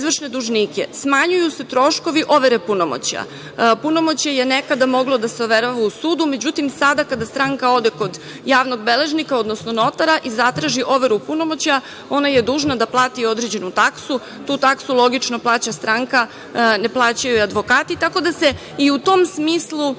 izvršne dužnike smanjuju se troškovi overe punomoćja. Punomoćje je nekada moglo da se overava u sudu, međutim sada kada stranka ode kod javnog beležnika, odnosno notara i zatraži overu punomoćja, ona je dužna da plati određenu taksu. Tu taksu logično plaća stranka ne plaćaju je advokati. Tako da je i u tom smislu